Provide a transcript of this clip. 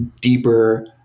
deeper